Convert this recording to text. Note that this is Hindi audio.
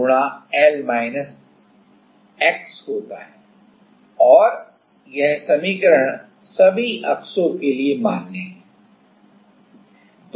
तो और यह समीकरण सभी अक्षों के लिए मान्य है